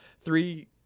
three